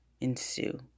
ensue